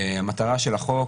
המטרה של החוק,